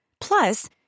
Plus